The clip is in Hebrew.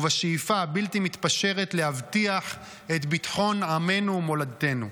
ובשאיפה הבלתי-מתפשרת להבטיח את ביטחון עמנו ומולדתנו.